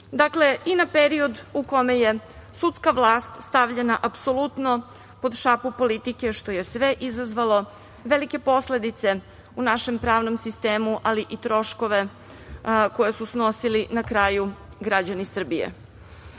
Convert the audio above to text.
poslušni i na period u kome je sudska vlast stavljena apsolutno pod šapu politike, što je sve izazvalo velike posledice u našem pravnom sistemu, ali i troškove koje su snosili na kraju građani